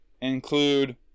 include